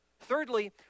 Thirdly